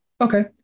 Okay